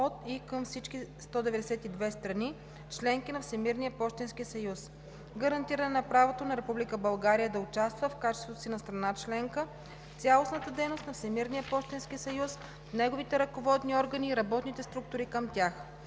от и към всички 192 страни – членки на Всемирния пощенски съюз; - гарантиране на правото на Република България да участва в качеството си на страна членка в цялостната дейност на Всемирния пощенски съюз, неговите ръководни органи и работните структури към тях.